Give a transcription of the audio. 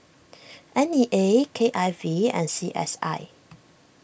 N E A K I V and C S I